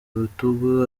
bitugu